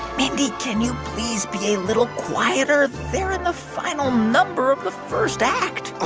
mindy, can you please be a little quieter? they're in the final number of the first act ah